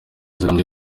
birambye